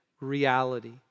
reality